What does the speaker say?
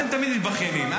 אתם תמיד מתבכיינים.